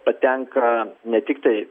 patenka ne tiktai